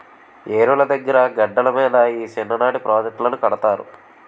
ఏరుల దగ్గిర గెడ్డల మీద ఈ సిన్ననీటి ప్రాజెట్టులను కడతారు